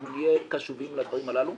אנחנו נהיה קשובים לדברים הללו.